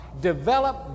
develop